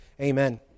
amen